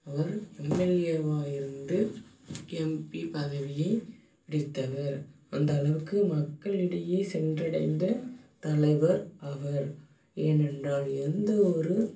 அவர் எம்எல்ஏவாக இருந்து எம்பி பதவியை பிடித்தவர் அந்தளவுக்கு மக்களிடையே சென்றடைந்த தலைவர் அவர் ஏனென்றால் எந்த ஒரு